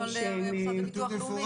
--- דיברנו על המוסד לביטוח לאומי.